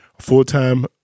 full-time